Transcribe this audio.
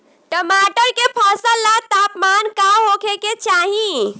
टमाटर के फसल ला तापमान का होखे के चाही?